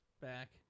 back